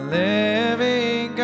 living